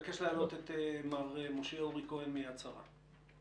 בבקשה, מר משה אורי כהן, מ"יד שרה".